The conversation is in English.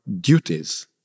duties